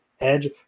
edge